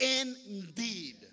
indeed